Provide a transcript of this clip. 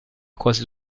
quasi